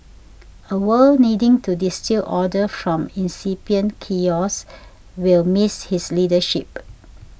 a world needing to distil order from incipient chaos will miss his leadership